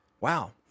Wow